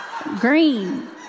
green